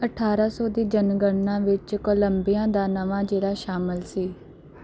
ਅਠਾਰ੍ਹਾਂ ਸੌ ਦੀ ਜਨਗਣਨਾ ਵਿੱਚ ਕੋਲੰਬੀਆ ਦਾ ਨਵਾਂ ਜ਼ਿਲ੍ਹਾ ਸ਼ਾਮਿਲ ਸੀ